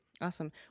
Awesome